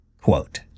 quote